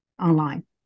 online